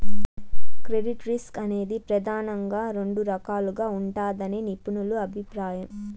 credit risk అనేది ప్రెదానంగా రెండు రకాలుగా ఉంటదని నిపుణుల అభిప్రాయం